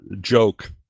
joke